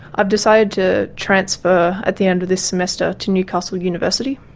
i've decided to transfer at the end of this semester to newcastle university.